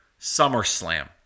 SummerSlam